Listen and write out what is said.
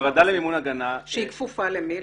שהיא כפופה למי?